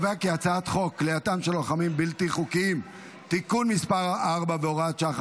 הצעת חוק כליאתם של לוחמים בלתי חוקיים (תיקון מס' 4 והוראת שעה,